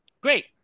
great